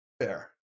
Fair